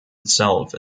itself